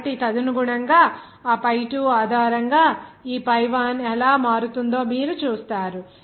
కాబట్టి తదనుగుణంగా ఆ pi 2 ఆధారంగా ఈ pi 1 ఎలా మారుతుందో మీరు చూస్తారు